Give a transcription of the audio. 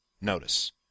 notice